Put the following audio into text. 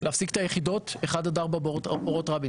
להפסיק את היחידות 1-4 באורות רבין.